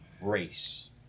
race